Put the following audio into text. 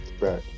Right